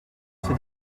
s’est